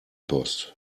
post